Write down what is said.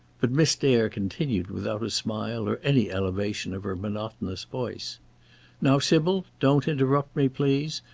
but miss dare continued without a smile or any elevation of her monotonous voice now, sybil, don't interrupt me, please.